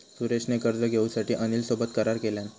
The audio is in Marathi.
सुरेश ने कर्ज घेऊसाठी अनिल सोबत करार केलान